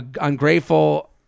ungrateful